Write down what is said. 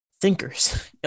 thinkers